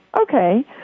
Okay